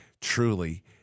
truly